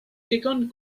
digon